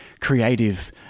creative